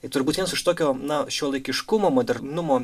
tai turbūt vienas iš tokio na šiuolaikiškumo modernumo